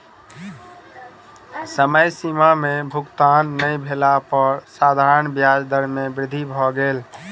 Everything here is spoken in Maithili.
समय सीमा में भुगतान नै भेला पर साधारण ब्याज दर में वृद्धि भ गेल